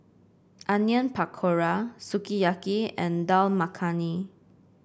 Onion Pakora Sukiyaki and Dal Makhani